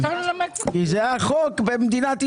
זה החוק במדינת ישראל.